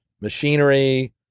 machinery